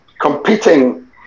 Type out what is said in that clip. competing